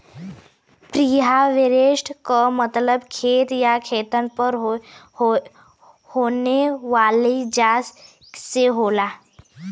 preharvest क मतलब खेत या खेतन पर होने वाली जांच से होला